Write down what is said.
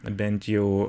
bent jau